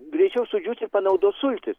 greičiau sudžius ir panaudos sultis